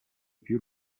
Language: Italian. più